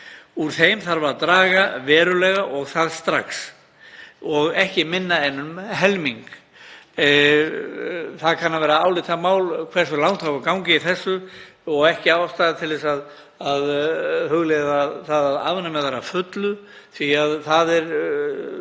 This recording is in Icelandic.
Úr þeim þarf að draga verulega og það strax, ekki minna en um helming. Það kann að vera álitamál hversu langt á að ganga í þessu og ekki ástæða til að hugleiða það að afnema þær að fullu því að ekki er